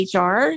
HR